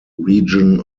region